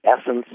essence